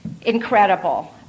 incredible